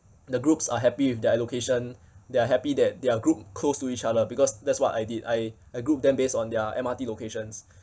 the groups are happy with their allocation they're happy that they're grouped close to each other because that's what I did I I group them based on their M_R_T locations